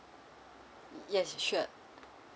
yes sure